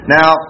Now